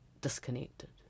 disconnected